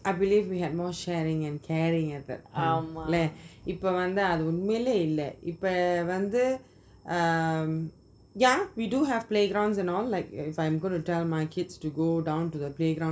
I believe we had more sharing and caring at that time leh இப்போ வந்து அது உண்மையிலே இல்ல:ipo vanthu athu unmayiley illa um yeah we do have playgrounds and all like if I'm going to tell my kids to go down to the playground